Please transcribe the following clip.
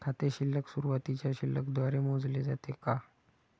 खाते शिल्लक सुरुवातीच्या शिल्लक द्वारे मोजले जाते का?